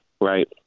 Right